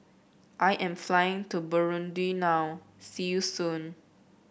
I am flying to Burundi now see you soon